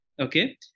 Okay